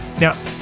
Now